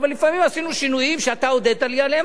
אבל לפעמים עשינו שינויים שאתה הודית לי עליהם,